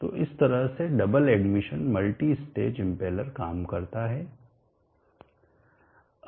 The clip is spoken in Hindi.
तो इस तरह से double admission multi stage impeller काम करता है